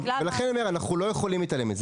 לכן, אני אומר שאנחנו לא יכולים להתעלם מזה.